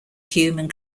human